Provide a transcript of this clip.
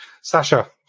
Sasha